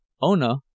Ona